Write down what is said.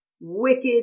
wicked